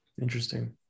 interesting